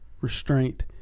restraint